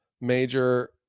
major